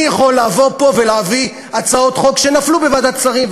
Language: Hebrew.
אני יכול לבוא לפה ולהביא הצעות חוק שנפלו בוועדת שרים,